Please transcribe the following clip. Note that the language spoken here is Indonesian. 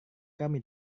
kami